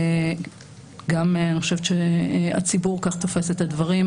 וגם חושבת שהציבור כך תופס את הדברים,